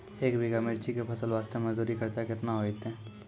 एक बीघा मिर्ची के फसल वास्ते मजदूरी खर्चा केतना होइते?